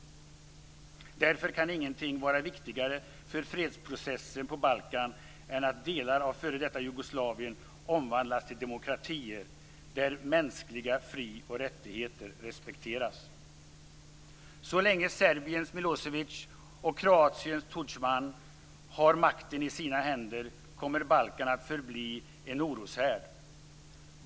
Därför kan ingenting vara viktigare för fredsprocessen på Balkan än att delar av f.d. Jugoslavien omvandlas till demokratier, där mänskliga fri och rättigheter respekteras. Så länge Serbiens Milosevic och Kroatiens Tudjman har makten i sina händer kommer Balkan att förbli en oroshärd.